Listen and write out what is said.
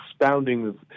expounding